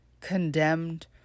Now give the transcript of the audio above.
condemned